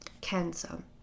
cancer